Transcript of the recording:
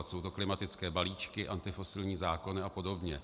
Jsou to klimatické balíčky, antifosilní zákony a podobně.